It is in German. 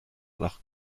nach